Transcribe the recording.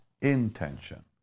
intention